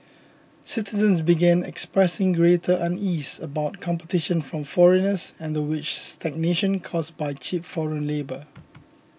citizens began expressing greater unease about competition from foreigners and the wage stagnation caused by cheap foreign labour